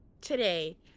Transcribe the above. today